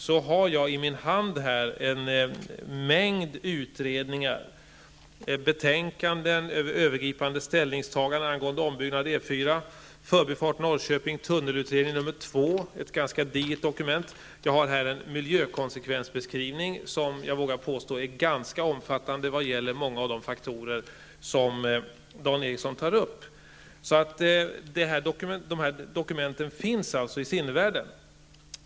Jag har här i min hand en mängd utredningar, betänkanden över övergripande ställningstaganden angående överbyggnad av E4, tunnelutredning nr 2, som är ett ganska digert dokument, och en miljökonsekvensbeskrivning som är ganska omfattande vad gäller många av de faktorer som Dan Ericsson tar upp. Dokumenten finns i sinnevärlden.